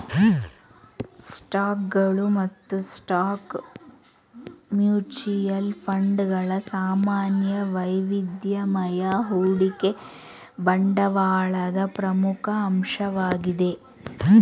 ಸ್ಟಾಕ್ಗಳು ಮತ್ತು stock mutual fund ಗಳ ಸಾಮಾನ್ಯ ವೈವಿಧ್ಯಮಯ ಹೂಡಿಕೆ ಬಂಡವಾಳದ ಪ್ರಮುಖ ಅಂಶವಾಗಿದೆ